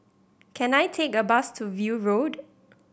can I take a bus to View Road